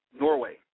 Norway